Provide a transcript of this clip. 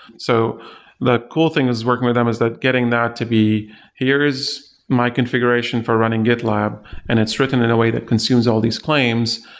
so the cool thing is working with them is that getting that to be here is my configuration for running gitlab and it's written in a way that consumes all these claims.